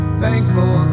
thankful